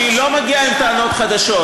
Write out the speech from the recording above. שהיא לא מגיעה עם טענות חדשות,